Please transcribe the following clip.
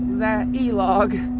that yeah e-log.